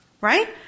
Right